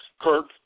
Kirk